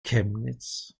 chemnitz